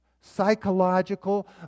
psychological